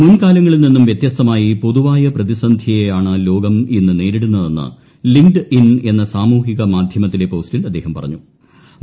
മുൻകാലങ്ങളിൽ നിന്നും വൃത്യ്സ്തമായി പൊതുവായ പ്രതിസന്ധിയെയാണ് ലോകം ഇ്ന്ന് നേരിടുന്നതെന്ന് ലിങ്ക്ഡ് ഇൻ എന്ന സാമുഹിക മാധ്യിമത്തിലെ പോസ്റ്റിൽ അദ്ദേഹം അഭിപ്രായപ്പെട്ടു